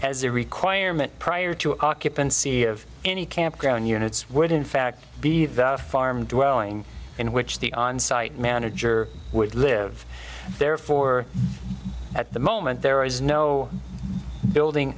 as a requirement prior to occupancy of any campground units would in fact be the farm dwelling in which the on site manager would live therefore at the moment there is no building